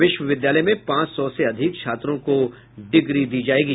विश्वविद्यालय में पांच सौ से अधिक छात्रों को डिग्री दी जायेगी